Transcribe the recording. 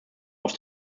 auf